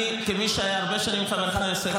כמי שהיה הרבה שנים חבר כנסת,